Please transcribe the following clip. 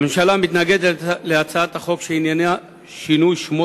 הממשלה מתנגדת להצעת החוק שעניינה שינוי שמו